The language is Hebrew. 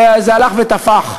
וזה הלך ותפח.